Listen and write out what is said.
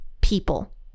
people